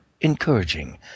encouraging